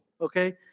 Okay